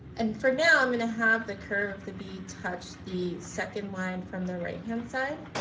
and for now i'm going to have the curve of the b touch the second line from the right hand side